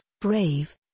Brave